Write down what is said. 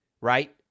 right